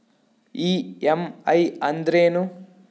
EMI ಅಂದ್ರೇನು?